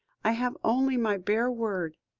i have only my bare word.